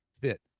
fit